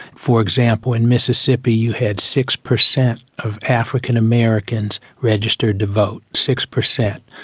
for example, in mississippi you had six percent of african americans registered to vote, six percent.